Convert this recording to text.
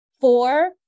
four